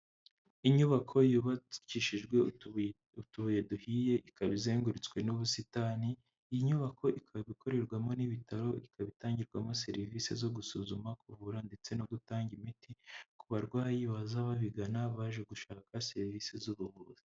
Inyubako yubakishijwe utubuye duhiye ikaba izengurutswe n'ubusitani. Iyi nyubako ikaba ikorerwamo n'ibitaro, ikaba itangirwamo serivisi zo gusuzuma, kuvura ndetse no gutanga imiti ku barwayi baza babigana baje gushaka serivisi z'ubuvuzi.